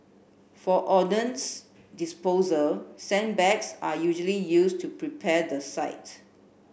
for ordnance disposal sandbags are usually used to prepare the site